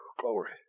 Glory